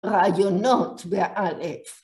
ראיונות באלף